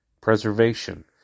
preservation